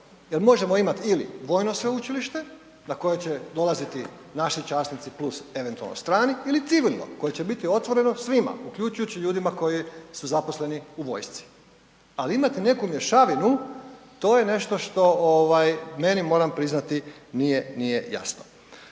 možemo imati ili vojno sveučilište na koje će dolaziti naši časnici + eventualno strani, ili civilno koje će biti otvoreno svima, uključujući ljudima koji su zaposleni u vojci. Ali, imati neku mješavinu, to je nešto što meni, moram priznati, nije, nije jasno.